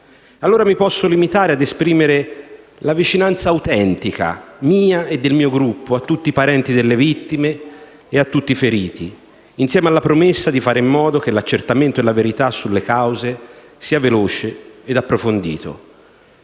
Allora mi posso limitare ad esprimere la vicinanza autentica mia e del mio Gruppo a tutti i parenti delle vittime e a tutti i feriti, insieme alla promessa di fare in modo che l'accertamento della verità sulle cause sia rapido ed approfondito.